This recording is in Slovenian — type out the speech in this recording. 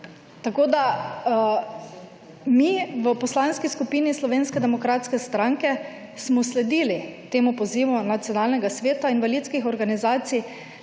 Tako da mi v Poslanski skupini Slovenske demokratske stranke so sledili temu pozivu Nacionalnega sveta invalidskih organizacij